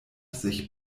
sich